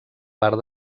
part